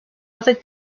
other